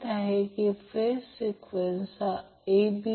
जर bc आणि bn सारखे दिसले तर 30°